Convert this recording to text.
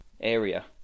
area